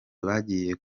bagiye